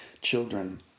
children